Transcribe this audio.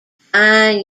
fine